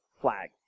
flag